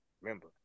Remember